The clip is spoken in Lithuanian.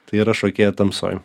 tai yra šokėja tamsoj